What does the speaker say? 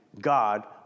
God